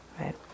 right